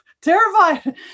terrified